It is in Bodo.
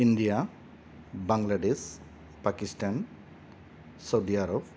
India Bangladesh Pakistan Saudi Arab